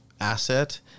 asset